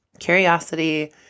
Curiosity